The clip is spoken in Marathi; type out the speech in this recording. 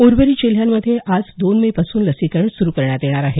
उर्वरीत जिल्हयांमध्ये आज दोन मेपासून लसीकरण सुरु करण्यात येणार आहे